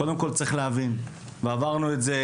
קודם כול צריך להבין ועברנו את זה,